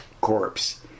corpse